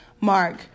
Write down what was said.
mark